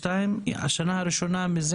אני יודע שהוא מבין ויודע כמה שזה